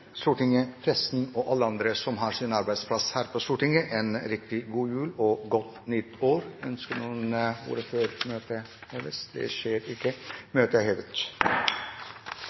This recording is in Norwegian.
Stortinget, pressen og alle andre som har sin arbeidsplass her på Stortinget, en riktig god jul og et godt nytt år. Forlanger noen ordet før møtet heves? – Møtet er hevet.